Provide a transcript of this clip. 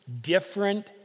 different